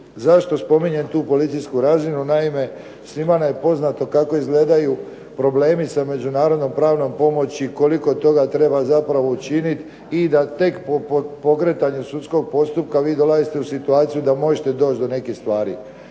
Zašto spominjem tu policijsku razinu? Naime, svima nam je poznato kako izgledaju problemi sa međunarodnom pravnom pomoći, koliko toga treba zapravo učiniti i da tek po pokretanju sudskog postupka vi dolazite u situaciju da možete doći do nekih stvari.